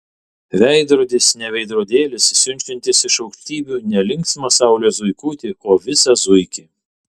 veidrodis ne veidrodėlis siunčiantis iš aukštybių ne linksmą saulės zuikutį o visą zuikį